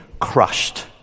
crushed